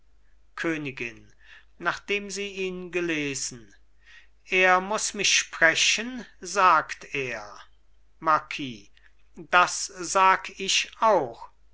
königin nachdem sie ihn gelesen er muß mich sprechen sagt er marquis das sag ich auch